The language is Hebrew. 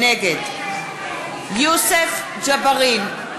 נגד יוסף ג'בארין,